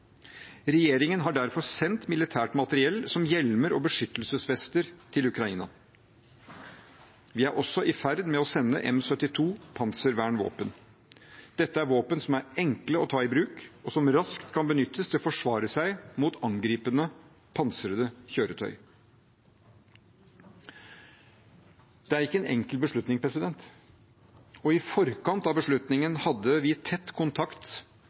Regjeringen har derfor sendt militært materiell som hjelmer og beskyttelsesvester til Ukraina. Vi er også i ferd med å sende M72 panservernvåpen. Dette er våpen som er enkle å ta i bruk, og som raskt kan benyttes til å forsvare seg mot angripende pansrede kjøretøy. Det er ikke en enkel beslutning, og i forkant av beslutningen hadde vi tett kontakt